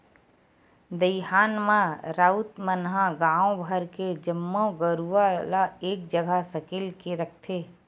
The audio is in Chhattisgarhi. दईहान म राउत मन ह गांव भर के जम्मो गरूवा ल एक जगह सकेल के रखथे